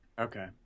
Okay